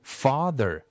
father